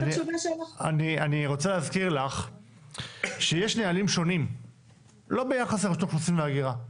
אני רוצה להזכיר לך שיש נהלים שונים לא ביחס לרשות האוכלוסין וההגירה,